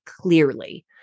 clearly